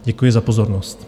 Děkuji za pozornost.